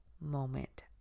moment